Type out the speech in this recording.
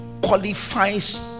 qualifies